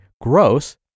gross